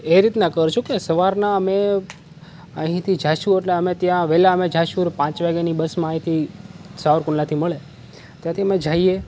એ રીતના કરીશું કે સવારના અમે અહીથી જઈશું એટલે અમે ત્યાં વહેલા અમે જઈશું પાંચ વાગ્યાની બસમાં અહીંથી સાવરકુંડલાથી મળે તો તેમાં જઈએ